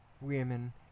women